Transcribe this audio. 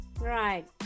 Right